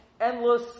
endless